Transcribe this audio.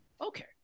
Okay